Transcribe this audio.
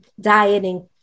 dieting